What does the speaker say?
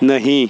नहीं